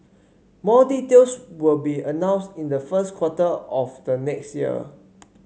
more details will be announce in the first quarter of the next year